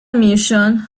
mission